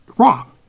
Wrong